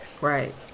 Right